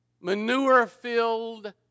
manure-filled